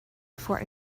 before